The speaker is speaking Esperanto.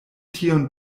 tion